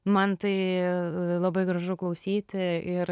man tai labai gražu klausyti ir